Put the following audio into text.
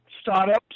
startups